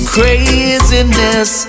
craziness